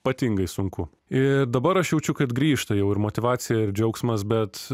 ypatingai sunku ir dabar aš jaučiu kad grįžta jau ir motyvacija ir džiaugsmas bet